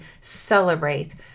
Celebrate